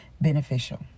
beneficial